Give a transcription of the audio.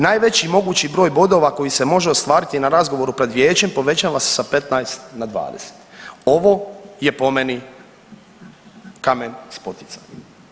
Najveći mogući broj bodova koji se može ostvariti na razgovoru pred vijećem povećava se sa 15 na 20, ovo je po meni kamen spoticanja.